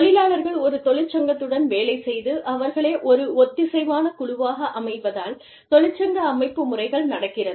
தொழிலாளர்கள் ஒரு தொழிற்சங்கத்துடன் வேலை செய்து அவர்களே ஒரு ஒத்திசைவான குழுவாக அமைவதால் தொழிற்சங்க அமைப்பு முறைகள் நடக்கிறது